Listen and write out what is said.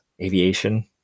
Aviation